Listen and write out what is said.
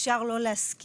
אפשר לא להסכים,